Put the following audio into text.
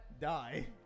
die